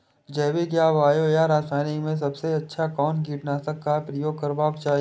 जैविक या बायो या रासायनिक में सबसँ अच्छा कोन कीटनाशक क प्रयोग करबाक चाही?